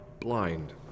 blind